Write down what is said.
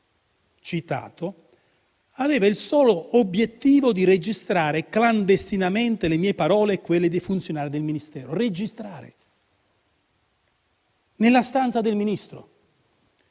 citato, aveva il solo obiettivo di registrare clandestinamente le mie parole e quelle dei funzionari del Ministero. Parliamo di registrare nella stanza del Ministro.